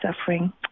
suffering